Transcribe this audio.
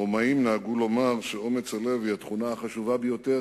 הרומאים נהגו לומר שאומץ לב הוא התכונה החשובה ביותר,